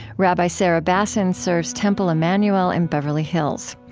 rabbi sarah bassin serves temple emmanuel in beverly hills.